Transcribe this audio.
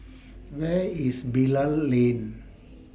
Where IS Bilal Lane